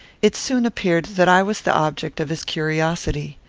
it soon appeared that i was the object of his curiosity.